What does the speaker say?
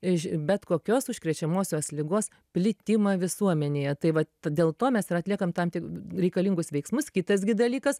iš bet kokios užkrečiamosios ligos plitimą visuomenėje tai vat dėl to mes ir atliekam tam tik reikalingus veiksmus kitas gi dalykas